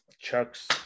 Chuck's